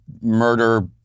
murder